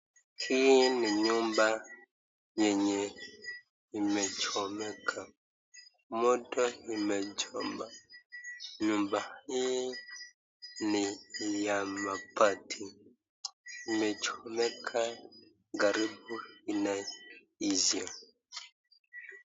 Hii ni nyumba yenye imechomeka moto imechoma ,nyumba hii ni ya mabati imechomeka karibu inaisha.